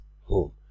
home